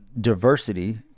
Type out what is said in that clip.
diversity